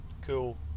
cool